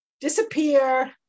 disappear